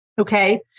Okay